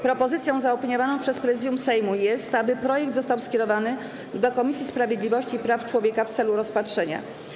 Propozycją zaopiniowaną przez Prezydium Sejmu jest, aby projekt został skierowany do Komisji Sprawiedliwości i Praw Człowieka w celu rozpatrzenia.